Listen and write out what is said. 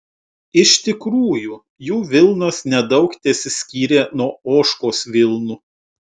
iš tikrųjų jų vilnos nedaug tesiskyrė nuo ožkos vilnų